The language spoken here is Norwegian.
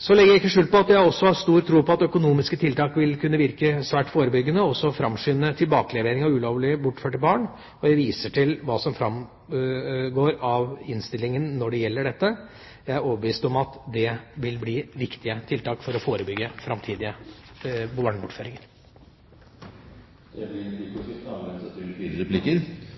Så legger jeg ikke skjul på at jeg har stor tro på at økonomiske tiltak vil kunne virke svært forebyggende og også framskynde tilbakelevering av ulovlig bortførte barn, og jeg viser til hva som framgår av innstillingen når det gjelder dette. Jeg er overbevist om at det vil bli viktige tiltak for å forebygge framtidige barnebortføringer. Det blir replikkordskifte. Jeg vil